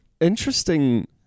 interesting